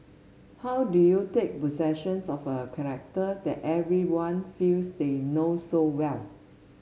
how do you take possession of a character that everyone feels they know so well